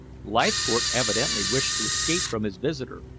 leithcourt evidently wished to escape from his visitor,